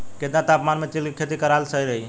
केतना तापमान मे तिल के खेती कराल सही रही?